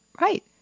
right